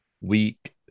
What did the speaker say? week